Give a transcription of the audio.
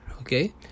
okay